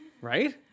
Right